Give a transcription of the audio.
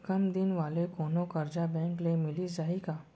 कम दिन वाले कोनो करजा बैंक ले मिलिस जाही का?